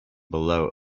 below